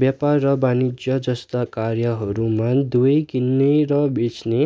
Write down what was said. व्यापार र वाणिज्य जस्ता कार्यहरूमा दुवै किन्ने र बेच्ने